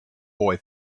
boy